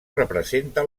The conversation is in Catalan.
representa